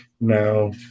No